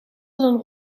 dan